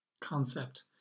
concept